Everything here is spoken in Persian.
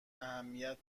اهمیت